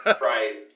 Right